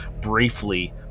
briefly